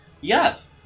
Yes